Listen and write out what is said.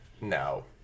No